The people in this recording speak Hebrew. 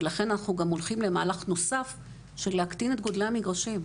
ולכן אנחנו גם הולכים למהלך נוסף של להקטין את גודלי המגרשים.